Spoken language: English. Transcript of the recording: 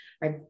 right